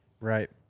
Right